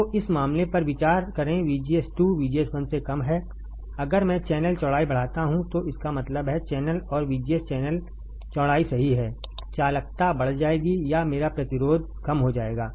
तो इस मामले पर विचार करें VGS2 VGS1 से कम है अगर मैं चैनल चौड़ाई बढ़ाता हूं तो इसका मतलब है चैनल और VGS चैनल चौड़ाई सही है चालकता बढ़ जाएगी या मेरा प्रतिरोध कम हो जाएगा